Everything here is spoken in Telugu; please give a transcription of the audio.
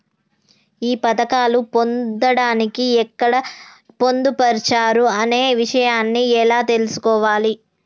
ఈ పథకాలు పొందడానికి ఎక్కడ పొందుపరిచారు అనే విషయాన్ని ఎలా తెలుసుకోవాలి?